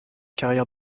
carrière